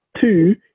Two